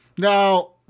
Now